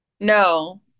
No